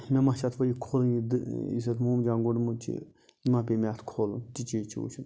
مےٚ ما چھ اتھ وونۍ یہِ کھُل یُس اتھ مومجام گوٚنٛڈمُت چھُ یہِ ما پیٚیہِ مےٚ اتھ کھولُن یہِ چیٖز وٕچھُن چھُ